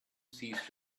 ceased